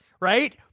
Right